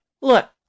Look